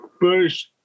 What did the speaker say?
first